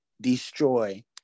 destroy